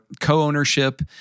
co-ownership